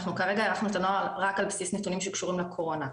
אנחנו כרגע הארכנו את הנוהל רק על בסיס נתונים שקשורים לקורונה.